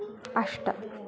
अष्ट